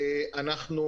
אנא